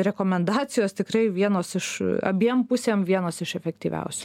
rekomendacijos tikrai vienos iš abiem pusėm vienos iš efektyviausių